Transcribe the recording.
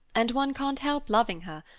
and one can't help loving her.